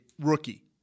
rookie